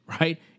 right